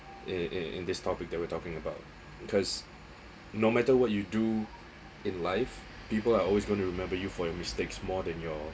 in in in this topic that we're talking about because no matter what you do in life people are always gonna remember you for your mistakes more than your